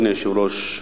אדוני היושב-ראש,